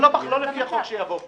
לא לפי החוק שיעבור כאן.